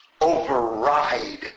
override